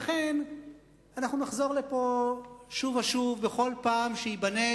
לכן אנחנו נחזור לפה שוב ושוב בכל פעם שייבנה